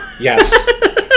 Yes